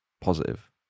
positive